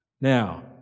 Now